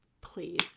Please